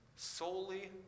Solely